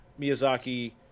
miyazaki